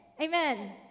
Amen